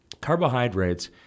carbohydrates